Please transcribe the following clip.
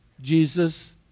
Jesus